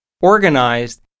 organized